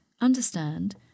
understand